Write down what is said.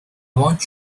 want